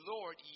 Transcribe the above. Lord